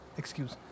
excuse